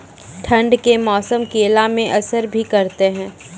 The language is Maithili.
ठंड के मौसम केला मैं असर भी करते हैं?